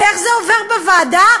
ואיך זה עובר בוועדה?